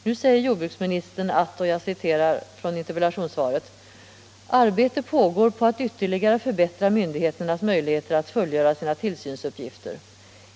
Nu säger jordbruksministern i interpellationssvaret: ” Arbete pågår på att ytterligare förbättra myndigheternas möjligheter att fullgöra sina tillsynsuppgifter.